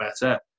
better